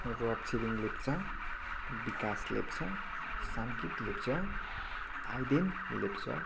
Rapchhiring Lepcha Bikas Lepcha Samkit Lepcha Aiden Lepcha